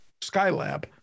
Skylab